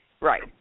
Right